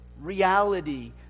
reality